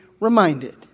reminded